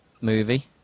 movie